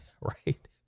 right